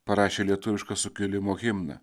parašė lietuvišką sukilimo himną